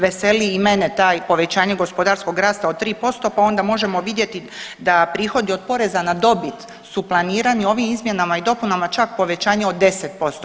Veseli i mene taj povećanje gospodarskog rasta od 3% pa onda možemo vidjeti da prihodi od poreza na dobit su planirani ovim izmjenama i dopunama čak povećanje od 10%